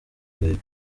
agahigo